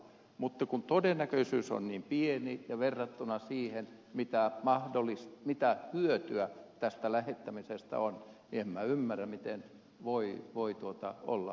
mutta kun todennäköisyys on niin pieni verrattuna siihen mitä hyötyä tästä lähettämisestä on niin en minä ymmärrä miten voi olla hylyn kannalla